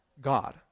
God